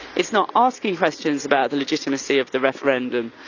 it's not asking questions about the legitimacy of the referendum.